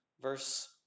verse